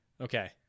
Okay